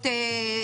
אני